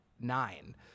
nine